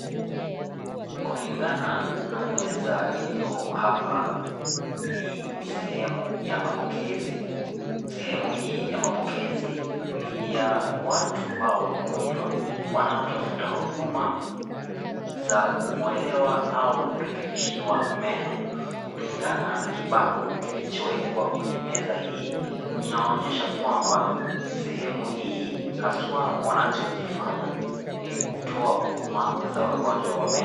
Kulingana na meza ilio hapa, hii ni sehemu ya mapokezi. Sehemu hii ya mapokezi ni ya watu hao wagonjwa wanaotafuta huduma za kung'olewa au kurekebishiwa meno. Kulingana na kibango kilichowekwa kwenye meza hii, inaonyesha kwamba sehemu hii haswa wanachokifanya ni kutoa huduma za wagonjwa wa meno.